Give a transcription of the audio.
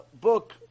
book